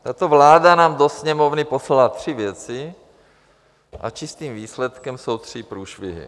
Tato vláda nám do Sněmovny poslala tři věci a čistým výsledkem jsou tři průšvihy.